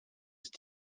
ist